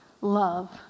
love